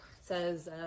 says